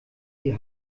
die